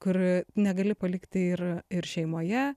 kur negali palikti ir ir šeimoje